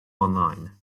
online